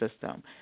system